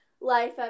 life